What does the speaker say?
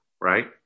right